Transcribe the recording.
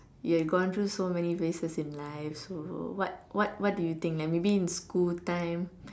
you have gone through so many phases in life so what what what do you think like maybe in school time